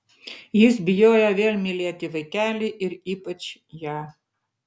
jis bijojo vėl mylėti vaikelį ir ypač ją